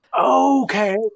Okay